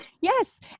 Yes